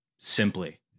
Simply